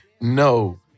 No